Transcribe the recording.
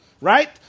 Right